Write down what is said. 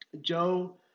Joe